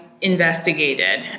investigated